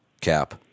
cap